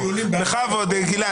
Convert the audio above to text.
גלעד, בכבוד.